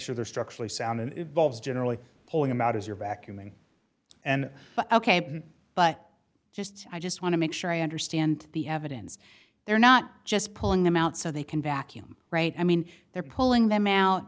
sure they're structurally sound evolves generally pulling them out as you're vacuuming and ok but just i just want to make sure i understand the evidence they're not just pulling them out so they can vacuum right i mean they're